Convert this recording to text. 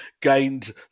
gained